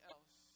else